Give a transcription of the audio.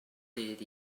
ddydd